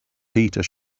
peter